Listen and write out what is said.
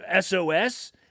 SOS